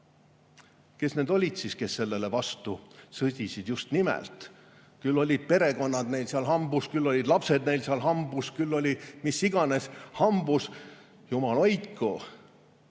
Kes need olid, kes sellele vastu sõdisid? Just nimelt! Küll olid perekonnad neil seal hambus, küll olid lapsed neil seal hambus, küll oli mis iganes neil hambus. Jumal hoidku!